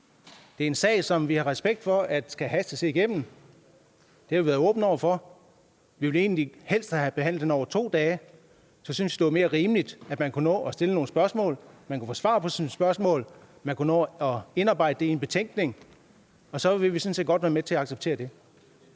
Det er en sag, som vi har respekt for skal hastes igennem. Det har vi været åbne over for. Vi ville egentlig helst have behandlet den over 2 dage, det synes vi havde været mere rimeligt, for så kunne man nå at stille nogle spørgsmål, få svar på sine spørgsmål, og man kunne nå at indarbejde det i en betænkning. Så ville vi sådan set godt være med til at acceptere det.